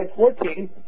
14